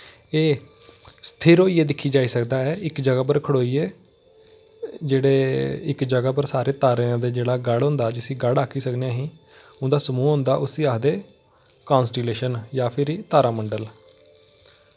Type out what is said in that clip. एह् स्थिर होइये दिक्खी जाई सकदा ऐ इक जगह् पर खड़ोइयै जेह्ड़े इक जगह् पर सारे तारेंआं दा गढ़ होंदा ऐ जिसी गढ़ आखी सकने आं असी उंदा समूह् होंदा उसी आखदे कॉन्स्टेलेशन जां फिरी तारामंडल